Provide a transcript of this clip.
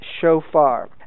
shofar